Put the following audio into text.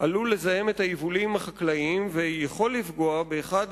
עלול לזהם את היבולים החקלאיים ויכול לפגוע באחד